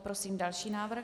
Prosím další návrh.